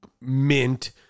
mint